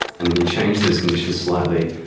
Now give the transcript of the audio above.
and then you change those conditions slightly,